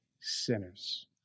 sinners